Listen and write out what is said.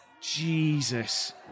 Jesus